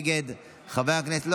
נגד, חבר הכנסת מנסור עבאס, נגד.